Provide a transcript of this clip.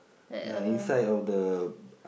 ya inside of the